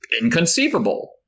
Inconceivable